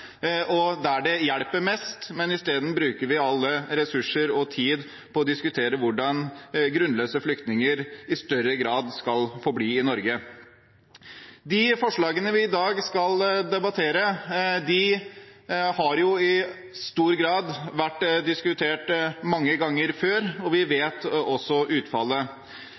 og der det hjelper mest, i stedet bruker vi alle ressurser og all tid på å diskutere hvordan grunnløse flyktninger i større grad skal få bli i Norge. Forslagene vi i dag skal debattere, har jo i stor grad vært diskutert mange ganger før, og vi vet også utfallet.